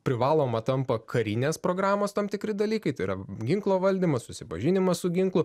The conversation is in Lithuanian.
privaloma tampa karinės programos tam tikri dalykai tai yra ginklo valdymas susipažinimas su ginklu